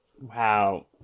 Wow